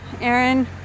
Aaron